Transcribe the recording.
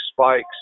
spikes